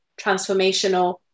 transformational